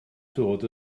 dod